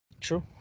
True